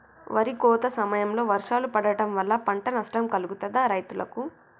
వరి కోత సమయంలో వర్షాలు పడటం వల్ల పంట నష్టం కలుగుతదా రైతులకు?